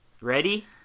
Ready